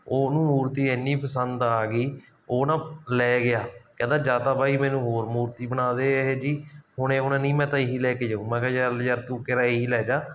ਉਹਨੂੰ ਮੂਰਤੀ ਇੰਨੀ ਪਸੰਦ ਆ ਗਈ ਉਹ ਨਾ ਲੈ ਗਿਆ ਕਹਿੰਦਾ ਜਾ ਤਾਂ ਬਾਈ ਮੈਨੂੰ ਹੋਰ ਮੂਰਤੀ ਬਣਾ ਦੇ ਇਹ ਜਿਹੀ ਹੁਣੇ ਹੁਣੇ ਨਹੀਂ ਮੈਂ ਤਾਂ ਇਹ ਹੀ ਲੈ ਕੇ ਜਾਊਂ ਮੈਂ ਕਿਹਾ ਯਾਰ ਤੂੰ ਕੇਰਾਂ ਇਹ ਹੀ ਲੈ ਜਾ